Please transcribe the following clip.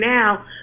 now